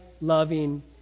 loving